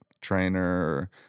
trainer